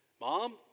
mom